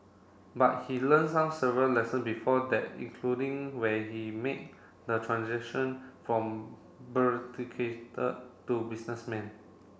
but he learnt some several lesson before that including when he made the transition from to businessman